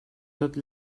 tot